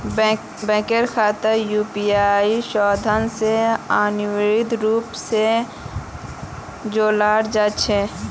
बैंकेर खाताक यूपीआईर सुविधा स अनिवार्य रूप स जोडाल जा छेक